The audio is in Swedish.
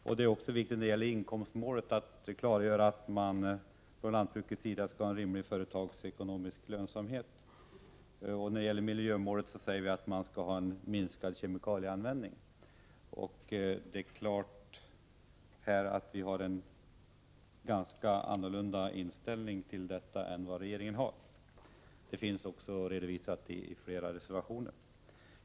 I fråga om inkomstmålet är det viktigt att klargöra att lantbruket måste få en rimlig företagsekonomisk lönsamhet, och beträffande miljömålet framhåller vi att man bör se till att det blir en minskning av kemikalieanvändningen. Det står klart att vi har en helt annan inställning än regeringen. Våra åsikter finns också redovisade i reservationer.